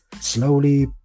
slowly